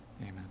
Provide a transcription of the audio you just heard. Amen